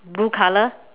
blue color